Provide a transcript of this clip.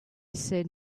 said